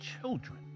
children